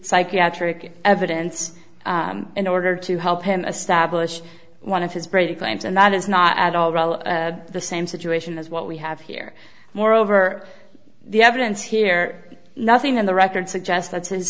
psychiatric evidence in order to help him establish one of his brady claims and that is not at all relevant the same situation as what we have here moreover the evidence here nothing in the record suggests that his